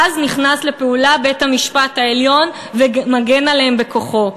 אז נכנס לפעולה בית-המשפט העליון ומגן עליהן בכוחו.